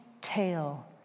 tail